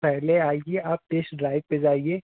पहले आइए आप टेस्ट ड्राइव पर जाइए